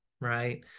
right